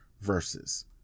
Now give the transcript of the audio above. versus